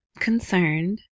concerned